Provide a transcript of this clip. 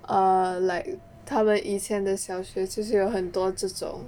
err like 他们以前的小学就是有很多这种